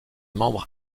membres